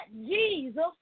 Jesus